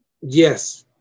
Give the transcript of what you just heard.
Yes